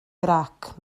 grac